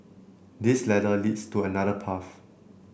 this ladder leads to another path